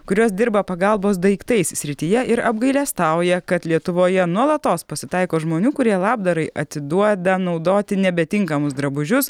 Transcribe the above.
kurios dirba pagalbos daiktais srityje ir apgailestauja kad lietuvoje nuolatos pasitaiko žmonių kurie labdarai atiduoda naudoti nebetinkamus drabužius